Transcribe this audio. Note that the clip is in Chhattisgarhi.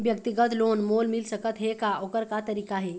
व्यक्तिगत लोन मोल मिल सकत हे का, ओकर का तरीका हे?